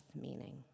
meaning